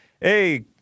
Hey